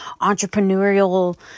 entrepreneurial